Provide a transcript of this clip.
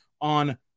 on